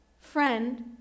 friend